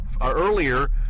earlier